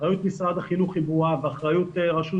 אחריות משרד החינוך היא ברורה ואחריות הרשות